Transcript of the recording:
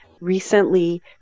recently